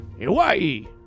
Hawaii